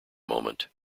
moment